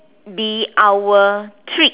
be our treat